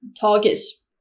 targets